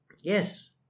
Yes